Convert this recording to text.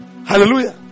Hallelujah